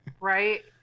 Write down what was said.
Right